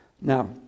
Now